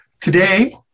Today